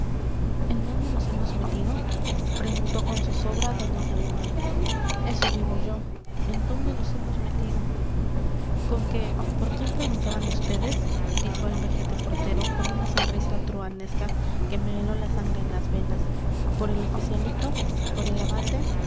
en dónde nos hemos metido preguntó con zozobra doña salomé eso digo yo en dónde nos hemos metido con que por quién preguntaban vds dijo el vejete portero con una sonrisa truhanesca que me heló la sangre en las venas por el oficialito por el abate